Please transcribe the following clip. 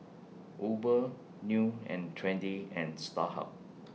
Uber New and Trendy and Starhub